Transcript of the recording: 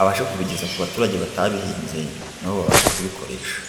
abashe kubigeza ku baturage batabihinze na bo babashe kubikoresha.